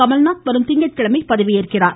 கமல்நாத் வரும் திங்கட்கிழமை பதவியேற்கிறார்